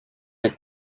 het